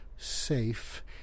Safe